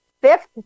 Fifth